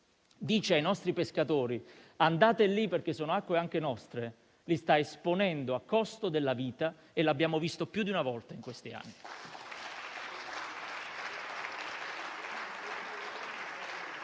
dice ai nostri pescatori di andare lì, perché sono acque anche nostre, li sta esponendo, a costo della vita: l'abbiamo visto più di una volta in questi anni.